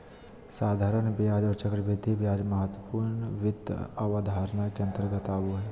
साधारण ब्याज आर चक्रवृद्धि ब्याज महत्वपूर्ण वित्त अवधारणा के अंतर्गत आबो हय